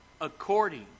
According